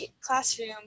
classroom